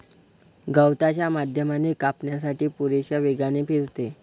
गवताच्या माध्यमाने कापण्यासाठी पुरेशा वेगाने फिरते